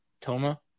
Toma